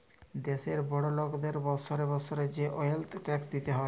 দ্যাশের বড় লকদের বসরে বসরে যে ওয়েলথ ট্যাক্স দিতে হ্যয়